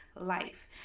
life